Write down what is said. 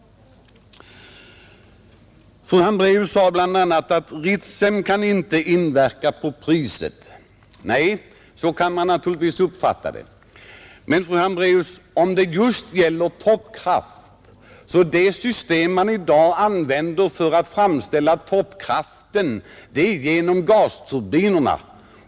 Fru Hambraeus sade bl.a. att tillkomsten av Ritsem inte kan inverka på elkraftpriset. Nej, så kan man naturligtvis uppfatta det. Men, fru Hambraeus om det just gäller toppkraft, så framställs toppkraften i dag genom gasturbiner.